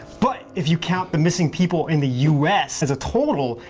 but if you count the missing people in the u s. as a total,